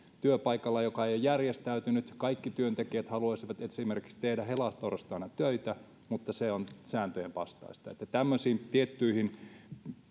työpaikalla joka ei ole järjestäytynyt kaikki työntekijät haluaisivat esimerkiksi tehdä helatorstaina töitä se on sääntöjen vastaista että tämmöisiin tiettyihin